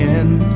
end